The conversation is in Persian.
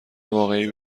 واقعی